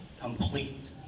complete